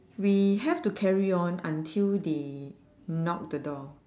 we have to carry on until they knock the door